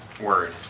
word